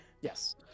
yes